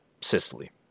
Sicily